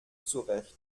zurecht